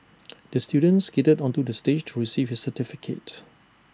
the student skated onto the stage to receive his certificate